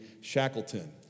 Shackleton